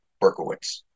Berkowitz